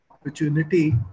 opportunity